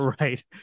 Right